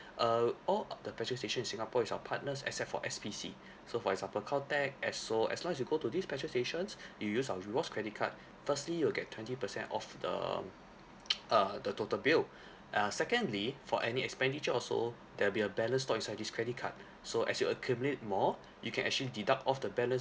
err all the petrol station in singapore is our partners except for S_P_C so for example caltex esso as long as you go to these petrol stations you use our rewards credit card firstly you'll get twenty percent off the uh the total bill uh secondly for any expenditure also there'll be a balance stored inside this credit card so as you accumulate more you can actually deduct off the balance